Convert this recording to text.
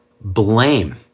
blame